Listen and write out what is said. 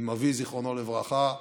עם אבי זיכרונו לברכה,